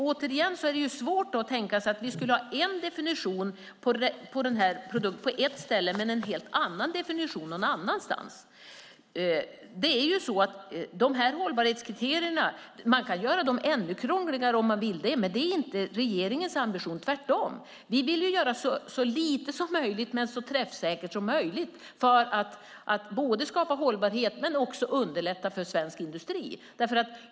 Återigen: Det är svårt att tänka sig att vi skulle ha en viss definition på ett visst ställe och en helt annan definition någon annanstans. Man kan göra hållbarhetskriterierna ännu krångligare, om man vill, men det är inte regeringens ambition, utan vi vill tvärtom göra så lite som möjligt men så träffsäkert som möjligt, för att både skapa hållbarhet och underlätta för svensk industri.